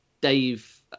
Dave